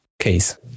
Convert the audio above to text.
case